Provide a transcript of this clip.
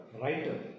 writer